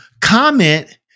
comment